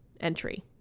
entry